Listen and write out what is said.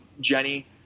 Jenny